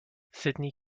sidney